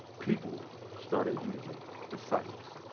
people started using the sites.